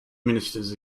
ministers